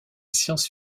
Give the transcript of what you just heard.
science